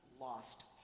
lost